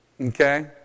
Okay